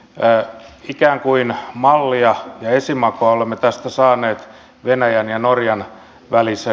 ikään kuin mallia ja esimakua olemme tästä saaneet venäjän ja norjan välissä